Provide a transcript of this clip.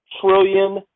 trillion